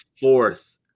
Fourth